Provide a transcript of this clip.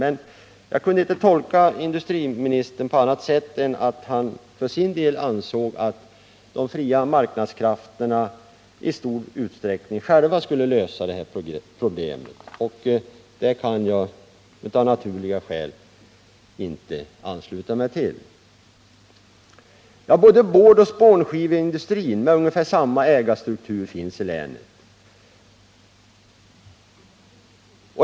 Men jag kunde inte tolka industriministern på annat sätt än atthan 27 mars 1979 för sin del ansåg att de fria marknadskrafterna i stor utsträckning själva skulle lösa problemet, och den uppfattningen kan jag av naturliga skäl inte ansluta mig till. Både boardoch spånskiveindustri med ungefär samma ägarstruktur finns i länet.